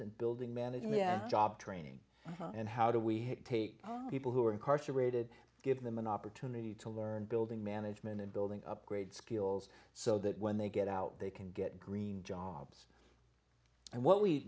and building management job training and how do we take people who are incarcerated give them an opportunity to learn building management and building upgrade skills so that when they get out they can get green jobs and what we